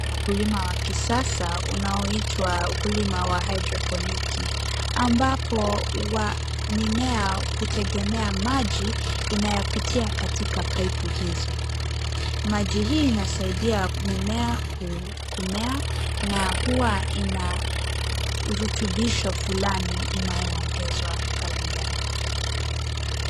Ni ukulima wa kisasa unaoitwa ukulima wa haidroponiki ambapo mimea hutegemea maji inayopitia katika paipu hizo. Maji hii inasaidia mimea kumea na hua ina rutubisho fulani inayoongezwa pale ndani.